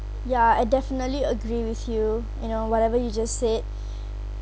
ya I definitely agree with you you know whatever you just said